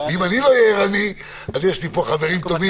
אם אני לא אהיה ערני, יש פה חברים טובים.